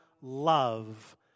love